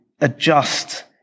adjust